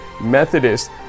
Methodist